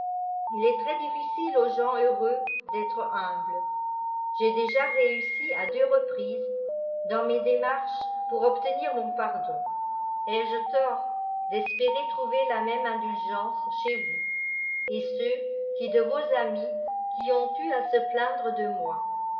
il est très difficile aux gens heureux d'être humbles j'ai déjà réussi à deux reprises dans mes démarches pour obtenir mon pardon ai-je tort d'espérer trouver la même indulgence chez vous et ceux qui de vos amis qui ont eu à se plaindre de moi